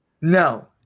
No